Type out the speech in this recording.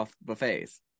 buffets